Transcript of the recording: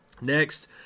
Next